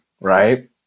right